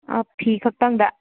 ꯐꯤ ꯈꯛꯇꯪꯗ